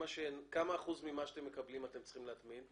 כמה אחוז ממה שהם מקבלים אתם צריכים להטמין?